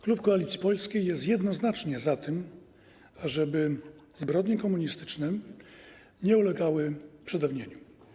Klub Koalicji Polskiej jest jednoznacznie za tym, ażeby zbrodnie komunistyczne nie ulegały przedawnieniu.